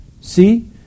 See